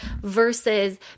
versus